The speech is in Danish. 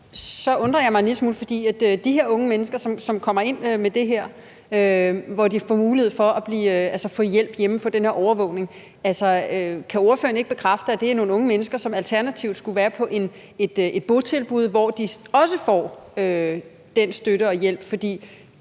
undrer jeg mig en lille smule, hvad angår de her unge mennesker, som kommer ind med det her, hvor de får mulighed for at få hjælp derhjemme og få den her overvågning. Kan ordføreren ikke bekræfte, at det er nogle unge mennesker, som alternativt skulle være på et botilbud, hvor de også får den støtte og hjælp, fordi